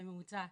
בממוצע,